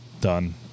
done